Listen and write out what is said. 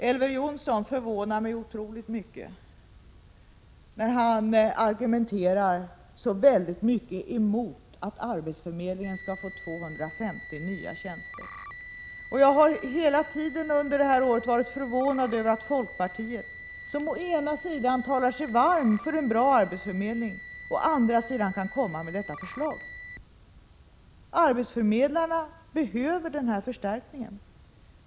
Elver Jonsson förvånar mig oerhört mycket när han så energiskt argumenterar emot att arbetsförmedlingen skall få 250 nya tjänster. Jag har under hela det här året varit förvånad över att folkpartiet, som å ena sidan talar sig varm för en bra arbetsförmedling, å andra sidan kan komma med detta förslag. Arbetsförmedlarna behöver den här förstärkningen.